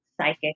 psychic